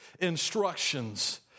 instructions